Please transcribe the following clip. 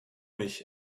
mich